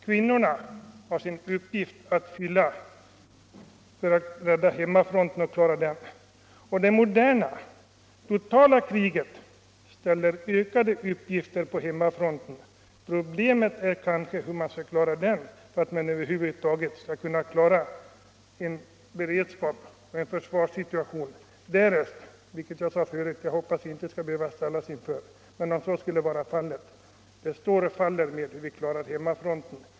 Kvinnorna har sin uppgift att fylla vid hemmafronten. Det moderna, totala kriget ställer ökade krav på hemma fronten. Problemet är kanske snarare hur man över huvud taget skall kunna klara en beredskapsoch försvarssituation — vilket jag hoppas, som jag sade förut, är en situation som vi inte skall behöva ställas i. Men om så skulle ske står och faller försvaret med hur vi klarar hemmafronten.